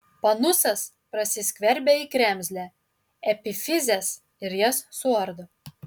panusas prasiskverbia į kremzlę epifizes ir jas suardo